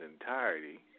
entirety